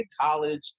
college